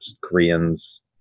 Koreans